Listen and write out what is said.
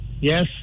Yes